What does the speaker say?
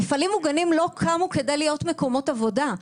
מפעלים מוגנים לא קמו כדי להיות מקומות עבודה.